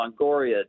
Longoria